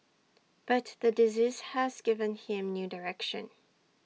but the disease has given him new direction